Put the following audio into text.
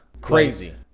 Crazy